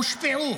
הושפעו.